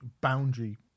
boundary